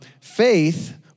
Faith